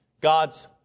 God's